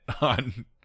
on